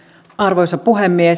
arvoisa puhemies